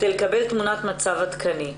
ולקבל תמונת מצב עדכנית.